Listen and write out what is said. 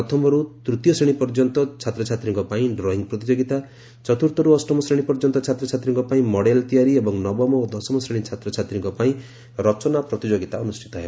ପ୍ରଥମରୁ ତୃତୀୟ ଶ୍ରେଣୀ ପର୍ଯ୍ୟନ୍ତ ଛାତ୍ରଛାତ୍ରୀଙ୍କ ପାଇଁ ଡ୍ରଙ୍ଗ ପ୍ରତିଯୋଗିତା ଚତ୍ରର୍ଥର୍ ଅଷ୍ଟମ ଶେଣୀ ପର୍ଯ୍ୟନ୍ତ ଛାତ୍ୱଛାତୀଙ୍କ ପାଇଁ ମଡେଲ ତିଆରି ଏବଂ ନବମ ଓ ଦଶମ ଶ୍ରେଣୀ ଛାତ୍ରଛାତ୍ରୀଙ୍କ ପାଇଁ ରଚନା ପ୍ରତିଯୋଗିତା ଅନୁଷ୍ଠିତ ହେବ